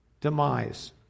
demise